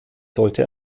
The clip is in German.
sollte